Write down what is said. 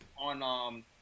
on